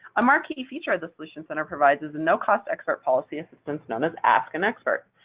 a marquee feature the solutions center provides is a no-cost expert policy assistance known as ask an expert.